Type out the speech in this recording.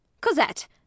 Cosette